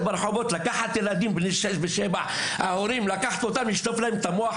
לקחת ילדים בני שש ושבע להפגנות ברחובות?